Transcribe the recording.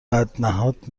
بدنهاد